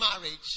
marriage